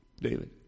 David